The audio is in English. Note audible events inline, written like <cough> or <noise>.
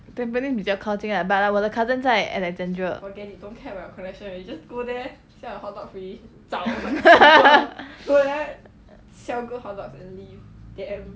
tampines 比较靠近 lah but 我的 cousin 在 alexandra <laughs>